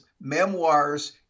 memoirs